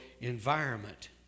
environment